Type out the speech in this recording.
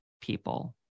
people